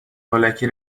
هولکی